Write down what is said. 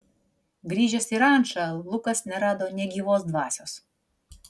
grįžęs į rančą lukas nerado nė gyvos dvasios